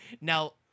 Now